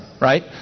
right